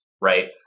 Right